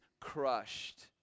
crushed